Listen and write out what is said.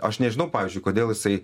aš nežinau pavyzdžiui kodėl jisai